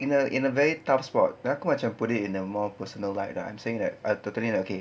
in a in a very tough spot aku macam put it in a more personal light ah I'm saying that I totally not okay